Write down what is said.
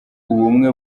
ubumwe